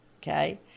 Okay